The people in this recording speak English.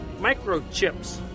Microchips